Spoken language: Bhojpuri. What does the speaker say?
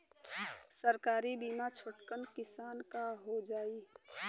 सरकारी बीमा छोटकन किसान क हो जाई?